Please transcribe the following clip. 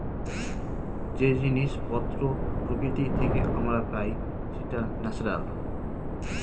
যে জিনিস পত্র প্রকৃতি থেকে আমরা পাই সেটা ন্যাচারাল